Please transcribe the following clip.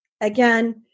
Again